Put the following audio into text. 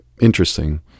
interesting